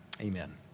Amen